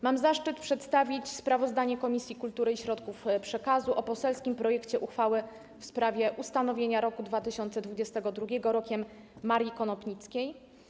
Mam zaszczyt przedstawić sprawozdanie Komisji Kultury i Środków Przekazu o poselskim projekcie uchwały w sprawie ustanowienia roku 2022 rokiem Marii Konopnickiej.